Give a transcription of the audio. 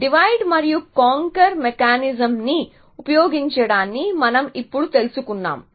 divide మరియు conquer మెకానిజమ్ని ఉపయోగించడాన్నీ మనం ఇప్పుడు తెలుసుకున్నాము